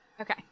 Okay